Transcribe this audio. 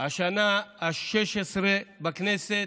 השנה ה-16 בכנסת,